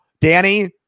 Danny